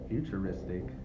Futuristic